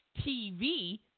TV